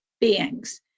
beings